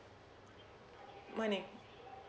morning